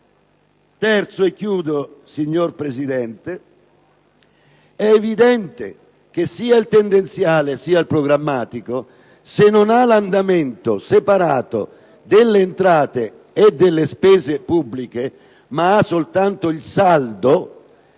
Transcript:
Infine, signor Presidente, è evidente che se, sia del tendenziale, sia del programmatico non si ha l'andamento separato delle entrate e delle spese pubbliche, ma soltanto il saldo,